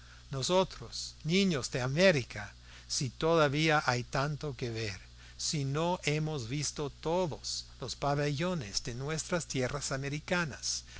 nosotros niños de américa si todavía hay tanto que ver si no hemos visto todos los pabellones de nuestras tierras americanas